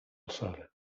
alçada